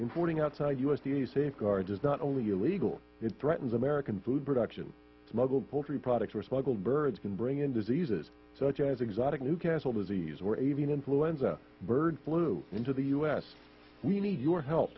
importing outside u s the safeguard is not only illegal it threatens american food production smuggled poultry products were smuggled birds can bring in diseases such as exotic new castle disease or avian influenza bird flu into the u s we need your help